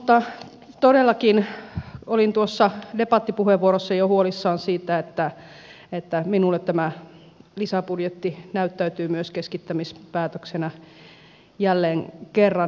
mutta todellakin olin tuossa debattipuheenvuorossa jo huolissani siitä että minulle tämä lisäbudjetti näyttäytyy myös keskittämispäätöksenä jälleen kerran